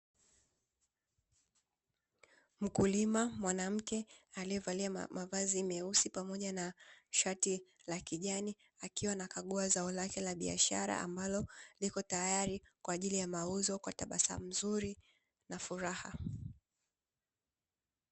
Mkulima mwanamke aliyevalia mavazi meusi pamoja na shati la kijani akiwa anakagua zao lake la biashara, ambalo lipo tyari kwa ajili ya mauzo kwa tabasamu zuri na furaha.